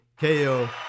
KO